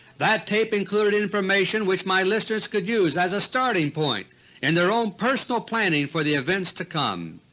that tape included information which my listeners could use as a starting point in their own personal planning for the events to come.